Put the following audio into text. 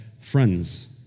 friends